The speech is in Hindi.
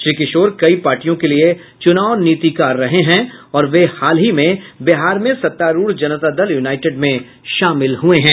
श्री किशोर कई पार्टियों के लिए चुनाव नीतिकार रहे हैं और वे अभी हाल में बिहार में सत्तारूढ़ जनता दल युनाईटेड में शामिल हुये हैं